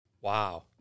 Wow